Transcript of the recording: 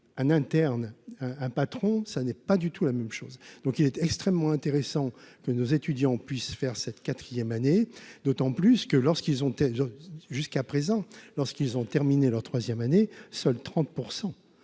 en interne un patron, ça n'est pas du tout la même chose donc il était extrêmement intéressant que nos étudiants puissent faire cette 4ème année d'autant plus que lorsqu'ils ont été jusqu'à présent lorsqu'ils ont terminé leur 3ème année, seuls 30